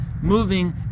moving